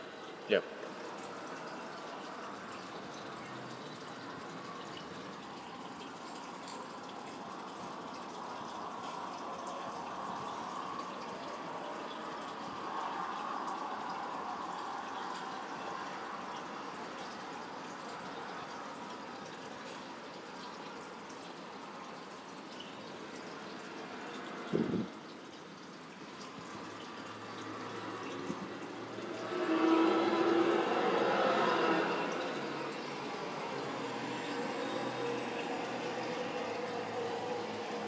yup